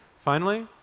finally,